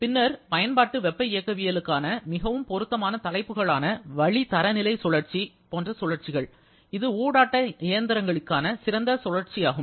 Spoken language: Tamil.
பின்னர் பயன்பாட்டு வெப்ப இயக்கவியலுக்கான மிகவும் பொருத்தமான தலைப்புகளான வளிதரநிலை சுழற்சி போன்ற சுழற்சிகள் இது ஊடாட்ட இயந்திரங்களுக்கான சிறந்த சுழற்சியாகும்